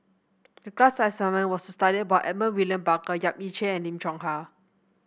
the class assignment was to study about Edmund William Barker Yap Ee Chian and Lim Chong Yah